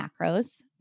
macros